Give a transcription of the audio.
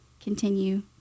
continue